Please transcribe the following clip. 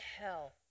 hell